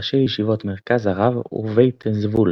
ראש ישיבות "מרכז הרב" ובית זבול,